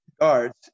guards